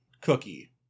cookie